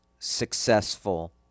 Successful